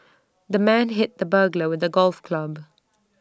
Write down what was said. the man hit the burglar with A golf club